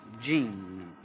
Jean